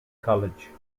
college